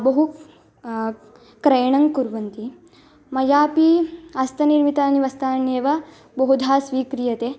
बहु क्रयणं कुर्वन्ति मयापि हस्तनिर्मितानि वस्त्राण्येव बहुधा स्वीक्रियते